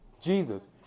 Jesus